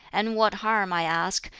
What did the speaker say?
and what harm, i ask,